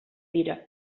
dira